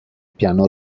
piano